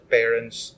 parents